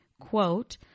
quote